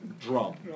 Drum